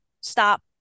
stop